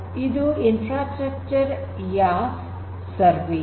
ಇದು infrastructure as a service